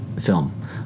film